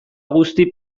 guzti